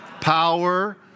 power